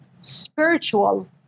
spiritual